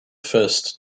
first